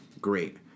great